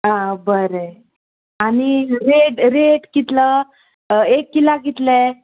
आं बरें आनी रेट रेट कितलो एक किलाक कितले